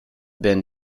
been